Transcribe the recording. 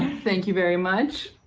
thank you very much.